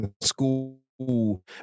school